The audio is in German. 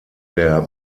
der